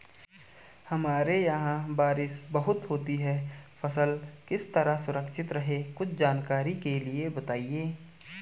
हमारे यहाँ बारिश बहुत होती है फसल किस तरह सुरक्षित रहे कुछ जानकारी के लिए बताएँ?